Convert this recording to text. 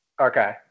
Okay